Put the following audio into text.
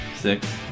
Six